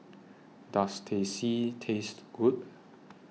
Does Teh C Taste Good